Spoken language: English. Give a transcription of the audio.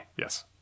yes